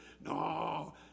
No